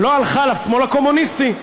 ולא הלכה לשמאל הקומוניסטי,